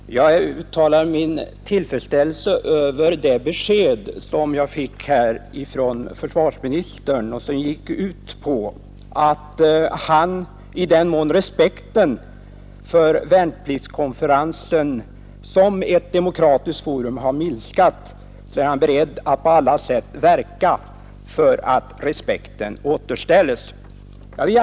Herr talman! Jag uttalar min tillfredsställelse över det besked jag här fick av försvarsministern och som gick ut på att i den mån respekten för värnpliktsriksdagen som ett demokratiskt forum har minskat, så är försvarsministern beredd att på alla sätt verka för att den återställes.